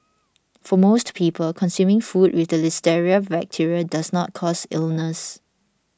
for most people consuming food with the listeria bacteria does not cause illness